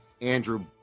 Andrew